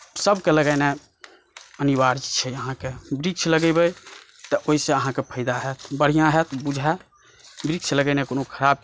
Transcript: सबकेँ लगेनाइ अनिवार्य छै अहाँकेॅं वृक्ष लगेबै तऽ ओहिसे अहाँकेॅं फायदा होयत बढ़िऑं होयत बुझायत वृक्ष लगेनाइ कोनो खराप